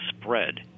spread